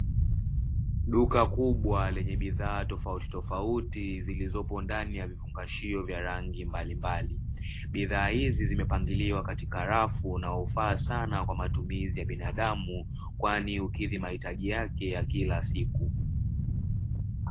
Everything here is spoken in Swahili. Duka kubwa lenye bidhaa tofauti tofautitofauti, zilizopo ndani ya vifungashio vya rangi mbalimbali. Bidhaa hizi zimepangiliwa katika rafu na hufaa sana kwa matumizi ya binadamu, kwani hukidhi mahitaji yake ya kila siku.